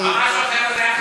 המשהו האחר הזה היה חשוב יותר.